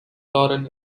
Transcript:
lauren